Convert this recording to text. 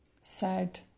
Sad